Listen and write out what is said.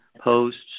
posts